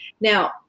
Now